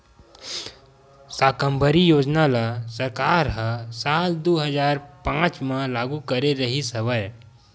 साकम्बरी योजना ल सरकार ह साल दू हजार पाँच म लागू करे रिहिस हवय